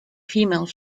female